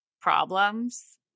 problems